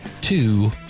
two